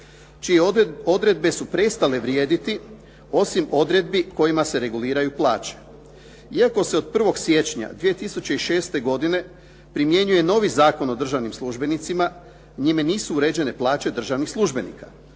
čije odredbe su prestale vrijediti osim odredbi kojima se reguliraju plaće. Iako se od 1. siječnja 2006. godine primjenjuje novi Zakon o državnim službenicima njime nisu uređene plaće državnih službenika